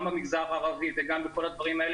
גם במגזר הערבי וגם בכל הדברים האלה.